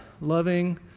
loving